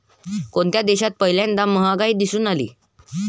कोणत्या देशात पहिल्यांदा महागाई दिसून आली?